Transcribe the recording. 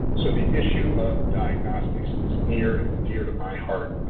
so, the issue of diagnostics is near and dear to my heart.